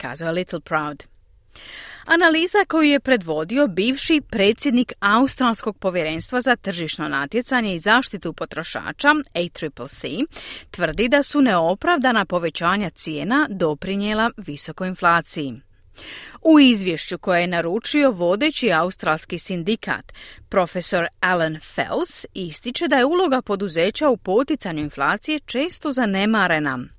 kazao je Little Proud. Analiza koju je predvodio bivši predsjednik Australskog povjerenstva za tržišno natjecanje i zaštitu potrošača ACCC, tvrdi da su neopravdana povećanja cijena doprinijela visokoj inflaciji. U izvješću koje je naručio vodeći australski sindikat, Prof. Alan Fels ističe da je uloga poduzeća u poticanju inflacije često zanemarena.